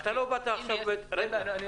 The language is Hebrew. אתה לא באת עכשיו רגע,